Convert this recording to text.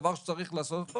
דבר שצריך לעשות אותו